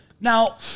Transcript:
Now